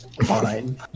fine